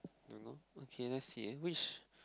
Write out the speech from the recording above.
don't know okay let's see which